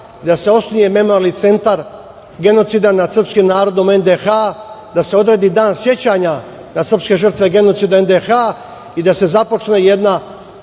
da se osnuje memorijalni centar genocida nad srpskim narodom NDH, da se odredi dan sećanja na srpske žrtve genocida u NDH i da se započne jedna